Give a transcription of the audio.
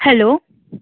hello